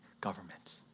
government